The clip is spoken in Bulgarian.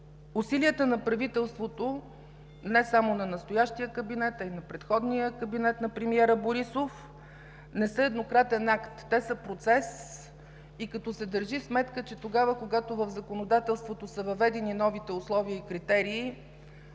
Усилията на правителството – не само на настоящия кабинет, а и на предходния кабинет на премиера Борисов – не са еднократен акт, те са процес, като се държи сметка, че когато в законодателството са въведени новите условия и критерии,